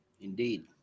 indeed